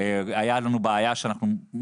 לכן אנחנו מבקשים